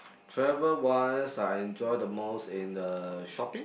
travel wise I enjoy the most in the shopping